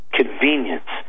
convenience